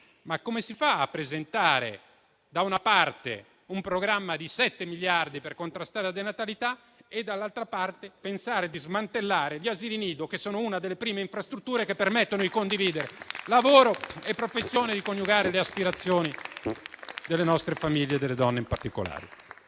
Come si fa a presentare, da una parte, un programma da 7 miliardi per contrastare la denatalità e, dall'altra, pensare di smantellare gli asili nido che sono una delle prime infrastrutture che permettono di conciliare lavoro e professione e di coniugare le aspirazioni delle nostre famiglie e delle donne in particolare?